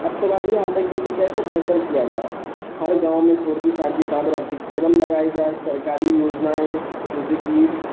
اب سوال یہ حتا ہے کہ اسے کیسے بہتر کیا جائے ہر گاؤں میں four G five G fibre optic cable لگائی جائے سرکاری یوجنائیں جیسے کہ